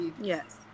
Yes